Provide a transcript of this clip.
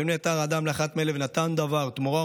ואם נעתר האדם לאחת מאלה ונתן דבר או תמורה,